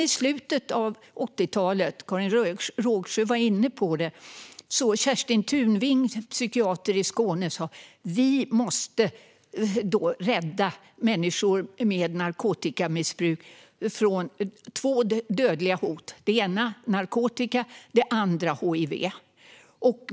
I slutet av 80-talet - Karin Rågsjö var inne på detta - sa Kerstin Tunving, psykiater i Skåne, att vi måste rädda människor med narkotikamissbruk från två dödliga hot. Det ena var narkotika; det andra var hiv.